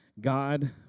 God